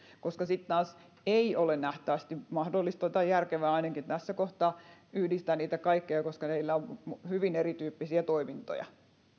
ja sitten taas ei ole nähtävästi mahdollista tai järkevää ainakaan tässä kohtaa yhdistää niitä kaikkia koska niillä on hyvin erityyppisiä toimintoja